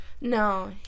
No